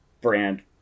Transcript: brand